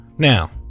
Now